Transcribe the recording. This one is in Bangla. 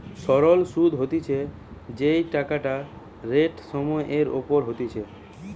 সরল সুধ হতিছে যেই টাকাটা রেট সময় এর ওপর হতিছে